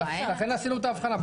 לכן עשינו את ההבחנה.